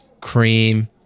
cream